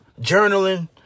journaling